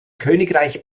königreich